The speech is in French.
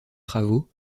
travaux